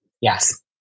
Yes